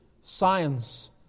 science